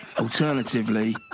Alternatively